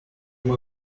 may